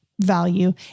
value